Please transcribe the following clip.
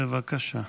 בבקשה.